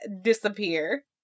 disappear